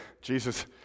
Jesus